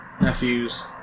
nephews